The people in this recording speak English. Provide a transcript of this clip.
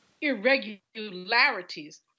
irregularities